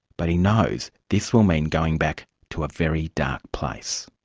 but he knows this will mean going back to a very dark place.